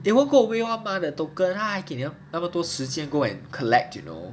they won't go away [one] mah the token 他还给你那么多时间 go and collect you know